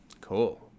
Cool